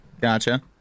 Gotcha